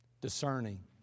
discerning